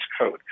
code